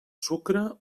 sucre